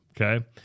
okay